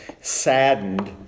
saddened